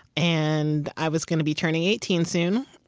and i was gonna be turning eighteen soon,